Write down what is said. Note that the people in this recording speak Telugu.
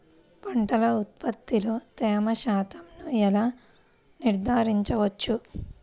పంటల ఉత్పత్తిలో తేమ శాతంను ఎలా నిర్ధారించవచ్చు?